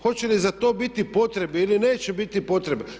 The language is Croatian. Hoće li za to biti potrebe ili neće biti potrebe?